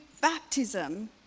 baptism